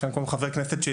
כמו אותו חבר כנסת,